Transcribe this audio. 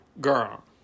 Girl